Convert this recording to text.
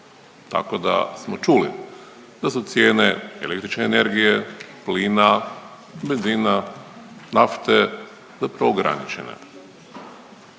tako da smo čuli da su cijene električne energije, plina, benzina, nafte zapravo ograničene.